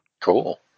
Cool